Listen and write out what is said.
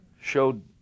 showed